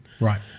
Right